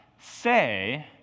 say